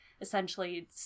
essentially